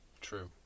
true